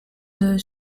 deux